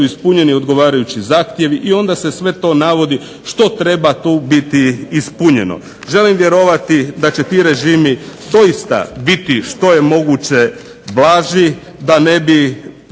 ispunjeni odgovarajući zahtjevi. I onda se sve to navodi što treba tu biti ispunjeno. Želim vjerovati da će ti režimi doista biti što je moguće blaži da ne bi